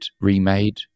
remade